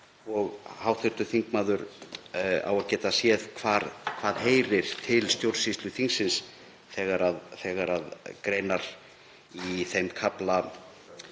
og hv. þingmaður á að geta séð hvað heyrir til stjórnsýslu þingsins þegar greinar í þeim kafla